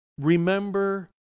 remember